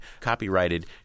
copyrighted